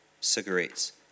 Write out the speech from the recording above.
cigarettes